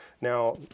Now